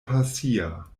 pasia